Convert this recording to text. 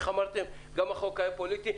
גם החוק היה פוליטי,